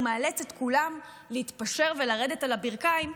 הוא מאלץ את כולם להתפשר ולרדת על הברכיים,